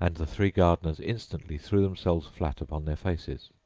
and the three gardeners instantly threw themselves flat upon their faces.